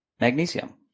magnesium